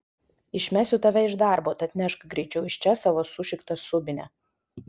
išmesiu tave iš darbo tad nešk greičiau iš čia savo sušiktą subinę